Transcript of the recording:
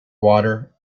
water